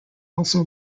also